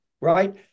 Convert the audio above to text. right